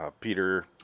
Peter